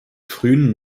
frühen